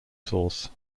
source